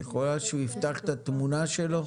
אפשר שהוא יפתח את התמונה שלו?